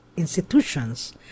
institutions